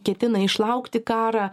ketina išlaukti karą